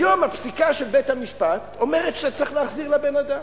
היום הפסיקה של בית-המשפט אומרת שאתה צריך להחזיר לבן-אדם,